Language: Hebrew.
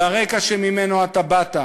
ברקע שממנו באת,